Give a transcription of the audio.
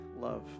love